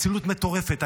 אצילות מטורפת.